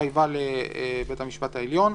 התחייבה לבית המשפט העליון.